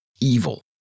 evil